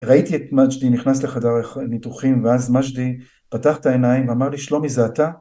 ראיתי את מג'די נכנס לחדר הח-הניתוחים, ואז מג'די, פתח את העיניים ואמר לי: "שלומי זה אתה?"